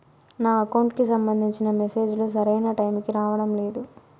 నా అకౌంట్ కు సంబంధించిన మెసేజ్ లు సరైన టైము కి రావడం లేదు